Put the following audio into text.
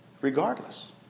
regardless